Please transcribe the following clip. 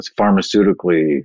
pharmaceutically